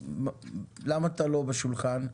בוא תשב ליד השולחן.